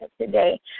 today